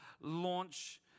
launch